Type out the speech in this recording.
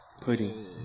pudding